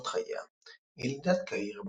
קורות חייה ילידת קהיר,